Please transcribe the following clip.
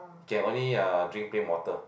can only uh drink plain water